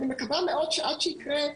אני מקווה מאוד שעד שיקרה,